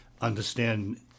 understand